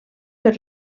per